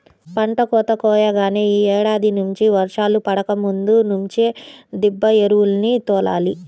పంట కోత కాగానే యీ ఏడాది నుంచి వర్షాలు పడకముందు నుంచే దిబ్బ ఎరువుల్ని తోలాలి